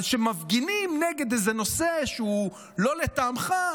אבל כשמפגינים נגד איזה נושא שהוא לא לטעמך,